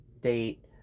date